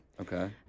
okay